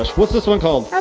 what's this one called?